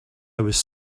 was